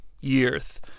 years